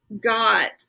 got